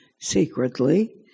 secretly